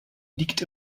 liegt